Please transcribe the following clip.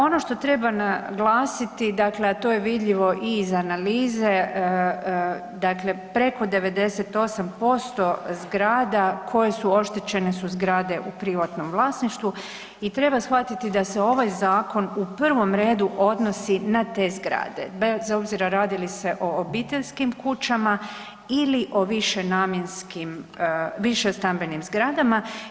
Ono što treba naglasiti, dakle, a to je vidljivo i iz analize, dakle preko 98% zgrada koje su oštećene su zgrade u privatnom vlasništvu i treba shvatiti da se ovaj zakon u prvom redu odnosi na te zgrade bez obzira radi li se o obiteljskim kućama ili o višenamjenskim, višestambenim zgradama.